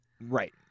Right